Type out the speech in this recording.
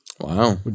Wow